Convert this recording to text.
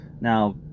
Now